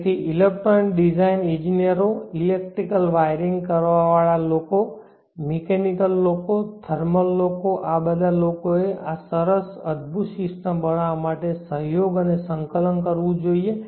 તેથી electronic design ઇજનેરો electrical wiring કરવા વાળા લોકો મિકેનિકલ લોકો થર્મલ લોકો આ બધા લોકોએ આ સરસ અદભૂત સિસ્ટમ બનાવવા માટે સહયોગ અને સંકલન કરવું જોઈએ